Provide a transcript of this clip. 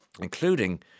Including